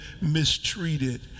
mistreated